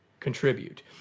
contribute